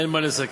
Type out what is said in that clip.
אין מה לסכם.